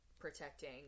protecting